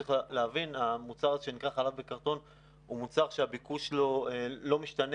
צריך להבין שהמוצר שנקרא חלב בקרטון הוא מוצר שהביקוש לו לא משתנה.